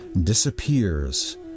disappears